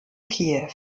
kiew